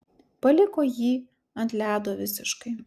paliko jį ant ledo visiškai